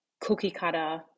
cookie-cutter